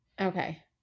Okay